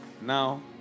Now